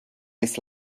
jest